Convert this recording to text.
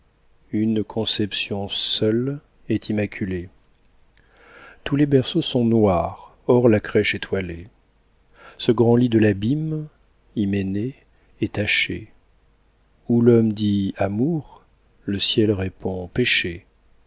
une conception seule est immaculée tous les berceaux sont noirs hors la crèche étoilée ce grand lit de l'abîme hyménée est taché où l'homme dit amour le ciel répond péché